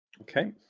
Okay